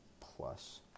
plus